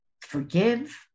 forgive